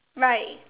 right